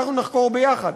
אנחנו נחקור יחד,